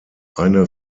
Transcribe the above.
eine